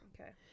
Okay